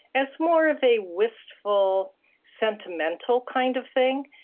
as more of a wistful sentimental kind of thing,